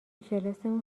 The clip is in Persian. کلاسمون